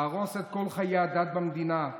להרוס את כל חיי הדת במדינה,